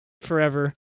forever